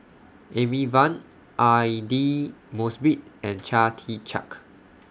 Amy Van Aidli Mosbit and Chia Tee Chiak